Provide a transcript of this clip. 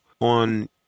on